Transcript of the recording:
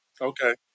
Okay